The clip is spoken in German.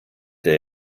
der